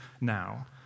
now